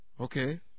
Okay